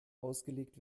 ausgelegt